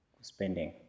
spending